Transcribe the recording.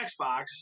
xbox